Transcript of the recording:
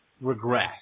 regress